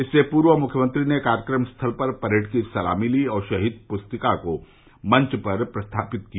इससे पूर्व मुख्यमंत्री ने कार्यक्रम स्थल पर परेड की सलामी ली और शहीद पुस्तिका को मंच पर प्रस्थापित किया